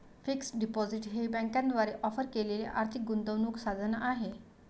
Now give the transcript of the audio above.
fixed deposit हे बँकांद्वारे offer केलेले आर्थिक गुंतवणूक साधन आहे